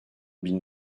bin